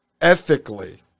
ethically